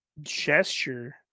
gesture